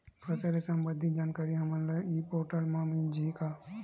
फसल ले सम्बंधित जानकारी हमन ल ई पोर्टल म मिल जाही का?